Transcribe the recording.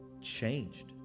changed